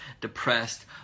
depressed